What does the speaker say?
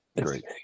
great